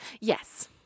yes